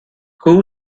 who